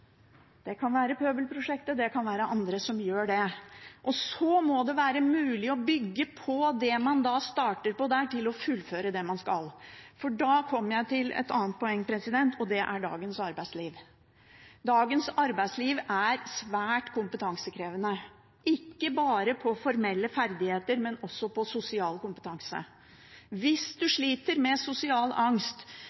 Det kan være Pøbelprosjektet, det kan være andre som gjør det. Og så må det være mulig å bygge på det man starter på, til å fullføre det man skal. Da kommer jeg til et annet poeng, og det er dagens arbeidsliv. Dagens arbeidsliv er svært kompetansekrevende – ikke bare på formelle ferdigheter, men også på sosial kompetanse. Hvis